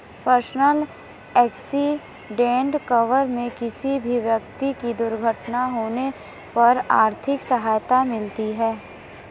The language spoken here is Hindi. पर्सनल एक्सीडेंट कवर में किसी भी व्यक्ति की दुर्घटना होने पर आर्थिक सहायता मिलती है